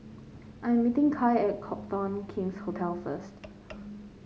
I am meeting Kai at Copthorne King's Hotel first